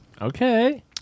okay